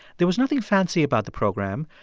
there was nothing fancy about the program.